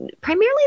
primarily